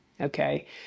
okay